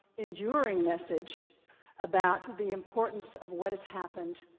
enduring message about the importance of what has happened,